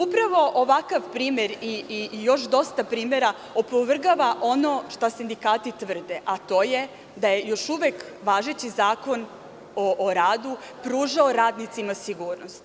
Upravo, ovakav primer i još dosta primera opovrgava ono što sindikati tvrde, a to je da još uvek važeći Zakon o radu pružao radnicima sigurnost.